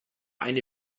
eine